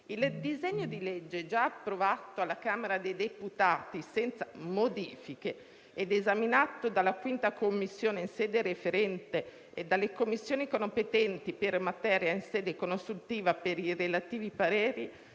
Il disegno di legge, già approvato dalla Camera dei deputati senza modifiche, ed esaminato dalla 5a Commissione in sede referente e dalle Commissioni competenti per materia in sede consultiva per i relativi pareri,